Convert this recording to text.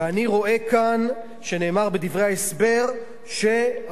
ואני רואה כאן שנאמר בדברי ההסבר שהחוק,